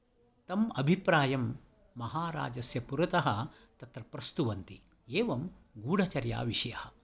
तम् अभिप्रायं महाराजस्य पुरतः तत्र प्रस्तुवन्ति एवं गूढचर्याविषयः